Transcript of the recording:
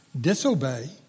Disobey